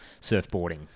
Surfboarding